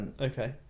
Okay